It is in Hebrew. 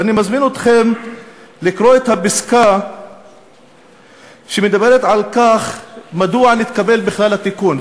ואני מזמין אתכם לקרוא את הפסקה שמדברת על מדוע נתקבל בכלל התיקון.